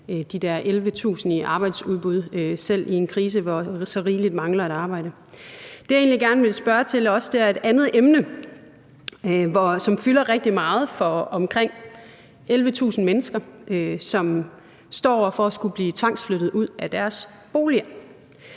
de der 11.000 i arbejdsudbud – selv i en krise, hvor så mange mangler et arbejde. Det, jeg egentlig også gerne vil spørge til, er også et andet emne, som fylder rigtig meget for omkring 11.000 mennesker, som står over for at skulle blive tvangsflyttet ud af deres boliger.